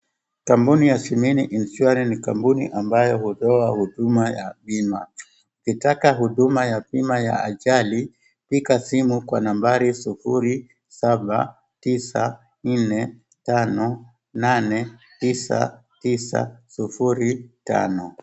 Kampuni ya Shimini Insurance ni kampuni ambayo hutoa huduma ya bima. Ukitaka huduma ya bima ya ajali, piga simu kwa nambari sufuri saba, tisa nne , tano nane, tisa tisa, sufuri tano.